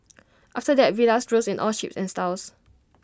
after that villas rose in all shapes and styles